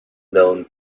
known